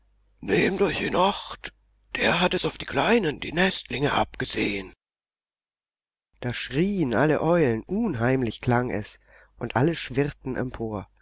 nehmt euch in acht der hat es auf die kleinen die nestlinge abgesehen da schrien alle eulen unheimlich klang es und alle schwirrten empor